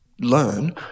learn